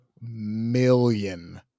million